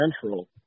Central